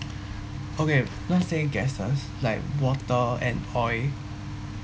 okay let's say gases like water and oil